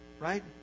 right